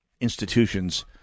institutions